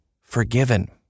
forgiven